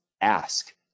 ask